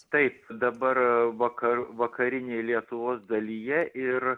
taip dabar vakar vakarinėj lietuvos dalyje ir